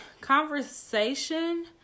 conversation